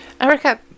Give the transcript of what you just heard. Erica